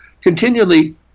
continually